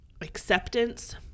acceptance